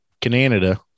canada